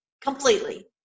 completely